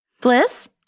Bliss